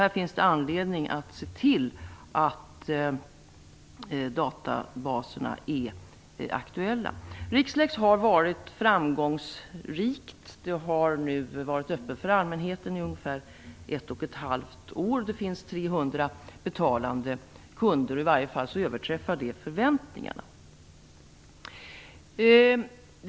Det finns anledning att se till att databaserna är aktuella. Rixlexprojektet har varit framgångsrikt. Databasen har varit öppen för allmänheten i ungefär 1,5 år. Det finns 300 betalande kunder. Det överträffar i varje fall förväntningarna.